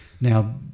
Now